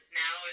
now